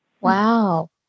Wow